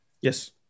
Yes